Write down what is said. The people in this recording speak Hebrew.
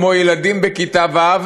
כמו ילדים בכיתה ו',